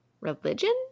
Religion